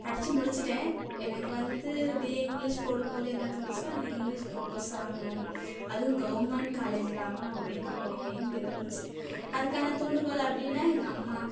படித்து முடிச்சுட்டேன் எனக்கு வந்து பிஏ இங்கிலீஷ் போடும்போது என்ன தோணுச்சுன்னா நம்ம இங்கிலீஷ் ப்ரொஃபஸராகணும் அதுவும் கவர்மண்ட் காலேஜில் ஆகணும் அப்படிங்கிற ஒரு எய்ம் இருந்துச்சு அதுக்கான தூண்டுகோல் அப்படின்னா எங்கள் அம்மா